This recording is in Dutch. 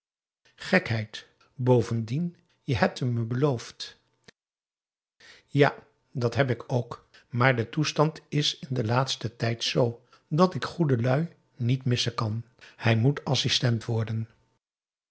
gekheid bovendien je hebt hem me beloofd ja dat heb ik ook maar de toestand is in den laatsten tijd zoo dat ik goede lui niet missen kan hij moet assistent worden